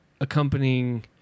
accompanying